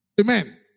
Amen